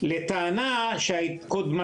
תן לי לדבר, אני אדבר.